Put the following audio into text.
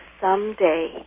someday